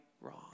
wrong